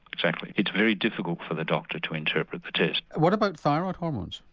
exactly, it's very difficult for the doctor to interpret the test. what about thyroid hormones?